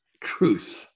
truth